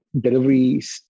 deliveries